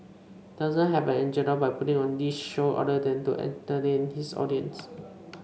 doesn't have an agenda by putting on this show other than to entertain his audience